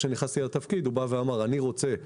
שנכנסתי לתפקיד הוא אמר שהוא רוצה להקים,